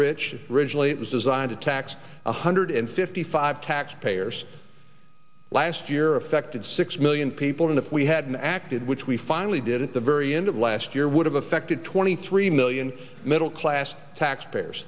rich originally it was designed to tax one hundred and fifty five tax payers last year affected six million people and if we hadn't acted which we finally did at the very end of last year would have affected twenty three million middle class taxpayers